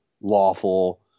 lawful